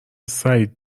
سعید